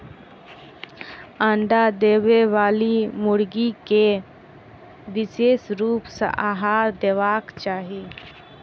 अंडा देबयबाली मुर्गी के विशेष रूप सॅ आहार देबाक चाही